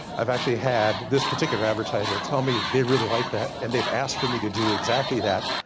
i've actually had this particular advertiser, tell me they really like that, and they've asked for me to do exactly that,